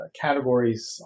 categories